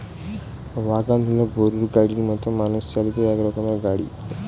wagon হল গরুর গাড়ির মতো মানুষ চালিত এক রকমের গাড়ি